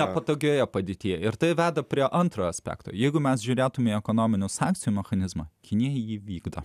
nepatogioje padėtyje ir tai veda prie antrojo aspekto jeigu mes žiūrėtumėme į ekonominių sankcijų mechanizmą kinija įvykdo